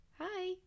Hi